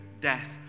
death